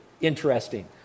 interesting